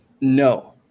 No